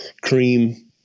cream